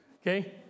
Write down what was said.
okay